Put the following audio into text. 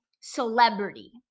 celebrity